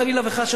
חלילה וחס,